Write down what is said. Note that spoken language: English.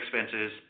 expenses